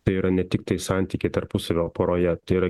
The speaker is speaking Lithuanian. tai yra ne tiktai santykiai tarpusavio poroje tai yra